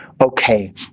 okay